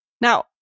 Now